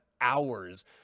hours